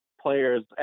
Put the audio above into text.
players